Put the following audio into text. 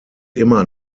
immer